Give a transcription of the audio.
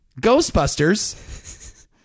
Ghostbusters